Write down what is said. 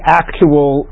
actual